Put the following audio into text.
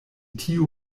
tiu